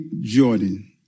Jordan